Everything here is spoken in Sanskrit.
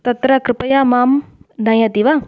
तत्र कृपया मां नयति वा